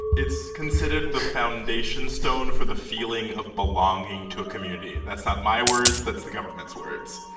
it's considered the foundation stone for the feeling of belonging to a community that's not my words that's the government's words.